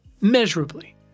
measurably